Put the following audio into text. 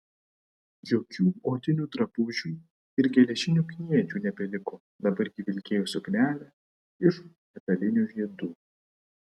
jokių odinių drabužių ir geležinių kniedžių nebeliko dabar ji vilkėjo suknelę iš metalinių žiedų